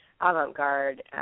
avant-garde